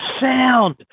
sound